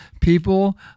people